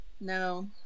No